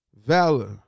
Valor